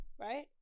right